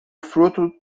fruto